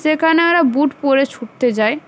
সেখানে আমরা বুট পরে ছুটতে যায়